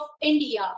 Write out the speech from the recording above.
India